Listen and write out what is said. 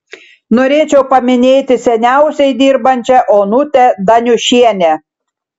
norėčiau paminėti seniausiai dirbančią onutę daniušienę